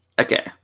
okay